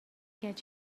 get